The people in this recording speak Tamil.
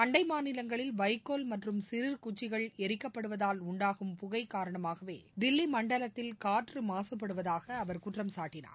அண்டை மாநிலங்களில் வைக்கோல் மற்றும் சிறுகுச்சிகள் எரிக்கப்படுவதால் உண்டாகும் புகை காரணமாகவே தில்லி மண்டலத்தில் காற்று மாசுபடுவதாக அவர் குற்றம் சாட்டினார்